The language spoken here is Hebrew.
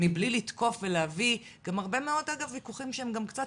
מבלי לתקוף ולהביא גם הרבה ויכוחים שהם קצת